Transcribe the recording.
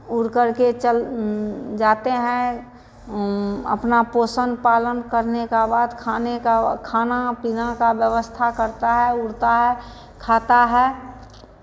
उड़ करके चल जाते हैं अपना पोषण पालन करने का बाद खाने का खाना पीना का व्यवस्था करता है उड़ता है खाता है